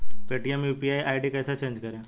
Paytm UPI ID कैसे change करें?